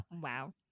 wow